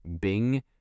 bing